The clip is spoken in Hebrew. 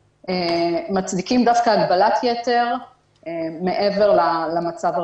מצדיקים דווקא הגבלת יתר מעבר למצב הרגיל.